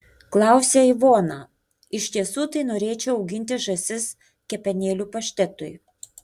klausia ivona iš tiesų tai norėčiau auginti žąsis kepenėlių paštetui